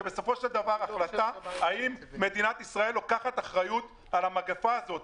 זה בסופו של דבר החלטה האם מדינת ישראל לוקחת אחריות על המגפה הזאת,